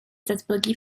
datblygu